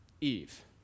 Eve